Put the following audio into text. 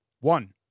One